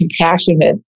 compassionate